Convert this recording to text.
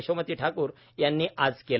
यशोमती ठाकूर यांनी आज केले